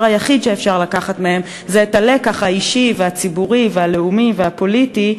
היחיד שאפשר לקחת מהם זה את הלקח האישי והציבורי והלאומי והפוליטי.